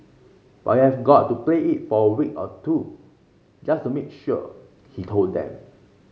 but you have got to play it for a week or two just to make sure he told them